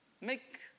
make